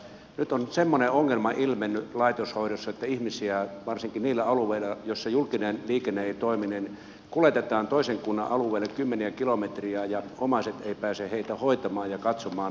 nyt on semmoinen ongelma ilmennyt laitoshoidossa että ihmisiä varsinkin niillä alueilla joilla julkinen liikenne ei toimi kuljetetaan toisen kunnan alueelle kymmeniä kilometrejä ja omaiset eivät pääse heitä hoitamaan ja katsomaan